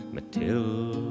Matilda